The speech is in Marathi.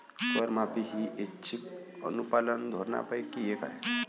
करमाफी ही ऐच्छिक अनुपालन धोरणांपैकी एक आहे